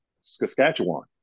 Saskatchewan